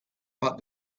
but